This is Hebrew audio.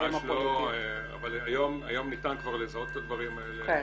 ממש לא אבל היום ניתן כבר לזהות את הדברים האלה.